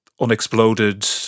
unexploded